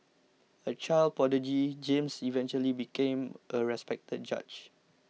a child prodigy James eventually became a respected judge